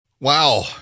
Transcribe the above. Wow